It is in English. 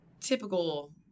typical